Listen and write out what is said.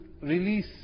release